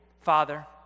Father